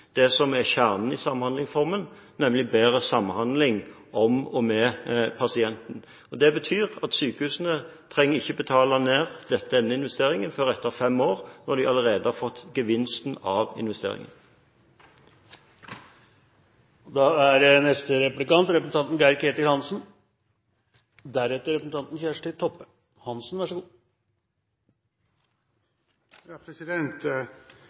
det som er kjernen i Samhandlingsreformen, bedre samhandling om og med pasienten. Det betyr at sykehusene ikke trenger å betale ned denne investeringen før etter fem år, når de allerede har fått gevinsten av investeringen. I Høyres alternative budsjettforslag er